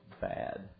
bad